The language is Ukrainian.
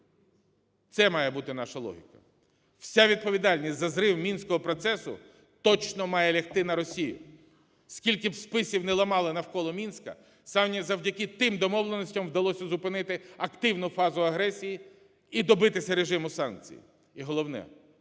Це має бути наша логіка. Вся відповідальність за зрив мінського процесу точно має лягти на Росію. Скільки б списів не ламали навколо Мінська, саме завдяки тим домовленостям вдалося зупинити активну фазу агресії і добитися режиму санкцій і, головне,